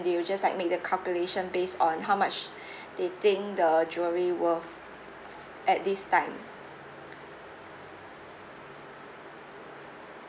they will just like make the calculation based on how much they think the jewellery worth at this time